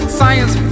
science